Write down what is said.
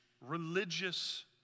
religious